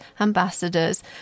ambassadors